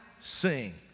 sing